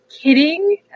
kidding